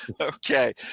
Okay